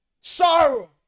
sorrow